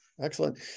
Excellent